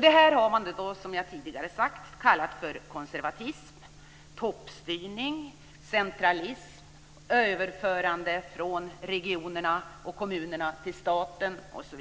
Det här har man, som jag tidigare har sagt, kallat för konservatism, toppstyrning, centralism, överförande från regionerna och kommunerna till staten osv.